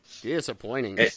disappointing